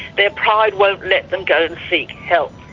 their pride won't let them go and seek help.